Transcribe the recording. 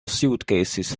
suitcases